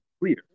clear